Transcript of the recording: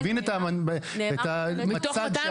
אני מבין את המצג שאת מנסה להעביר --- מתוך 250,